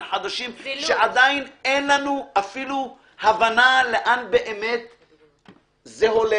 חדשים שעדיין אין לנו אפילו הבנה לאן זה הולך,